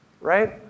Right